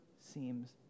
seems